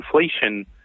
inflation